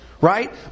Right